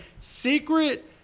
secret